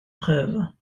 preuve